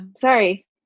Sorry